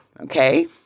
okay